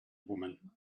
woman